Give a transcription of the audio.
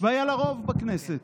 והיה לה רוב בכנסת.